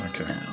okay